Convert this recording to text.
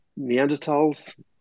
Neanderthals